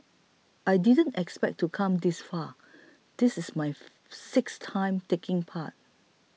I didn't expect to come this far this is my sixth time taking part